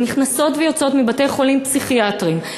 הן נכנסות ויוצאות מבתי-חולים פסיכיאטריים,